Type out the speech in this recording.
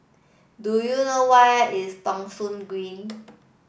do you know where is Thong Soon Green